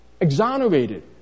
exonerated